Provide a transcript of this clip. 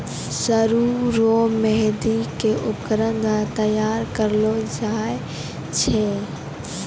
सरु रो मेंहदी के उपकरण द्वारा तैयार करलो जाय छै